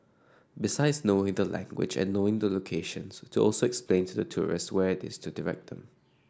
besides knowing the language and knowing the locations to also explains to the tourists where it's to direct them